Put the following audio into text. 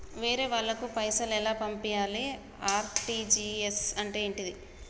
వేరే వాళ్ళకు పైసలు ఎలా పంపియ్యాలి? ఆర్.టి.జి.ఎస్ అంటే ఏంటిది?